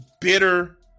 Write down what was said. bitter